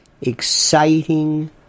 exciting